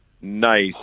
Nice